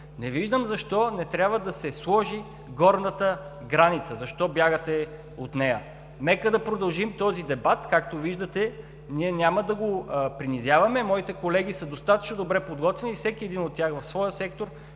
не виждам защо трябва да се сложи горната граница – защо бягате от нея? Нека продължим този дебат, няма да го принизяваме. Моите колеги са достатъчно добре подготвени и всеки един от тях в своя сектор